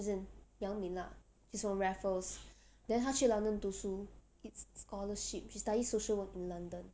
as in yang min lah she's from raffles then 她去 london 读书 it's scholarship she study social work in london